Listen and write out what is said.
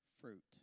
fruit